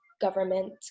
government